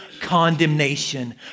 condemnation